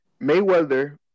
Mayweather